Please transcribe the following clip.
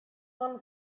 one